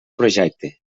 projecte